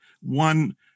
One